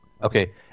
Okay